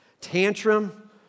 Tantrum